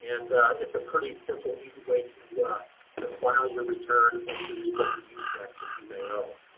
and it's a pretty simple, easy way to to file your return and to remit the use tax that you may owe.